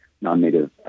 non-native